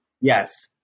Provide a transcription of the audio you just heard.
yes